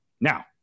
Now